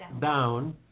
down